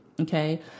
okay